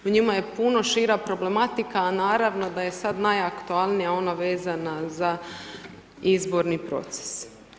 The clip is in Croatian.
U njima je puno šira problematika, a naravno da je sad najaktualnija ona vezana za izborni proces.